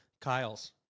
kyle's